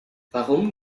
warum